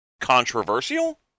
controversial